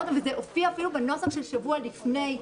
זה הופיע אפילו בנוסח שבוע לפני,